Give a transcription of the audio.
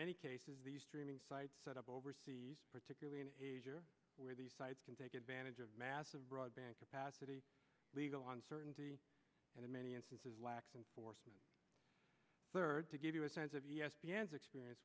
many cases the streaming sites set up overseas particularly in asia where the sites can take advantage of massive broadband capacity legal on certainty and in many instances lax enforcement third to give you a sense of yes dns experience